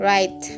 Right